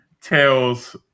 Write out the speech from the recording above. tales